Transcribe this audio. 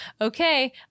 okay